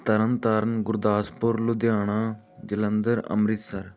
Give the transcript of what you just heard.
Tarn Taran Gurdaspur Ludhiana Jalandhar Amritsar